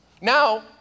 Now